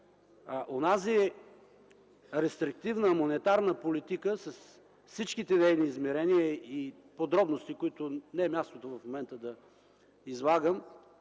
Онази рестриктивна монетарна политика с всички нейни измерения и подробности, които не е място да излагам